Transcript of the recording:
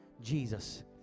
Jesus